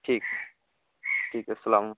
ٹھیک ہے ٹھیک ہے السلام علیکم